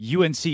UNC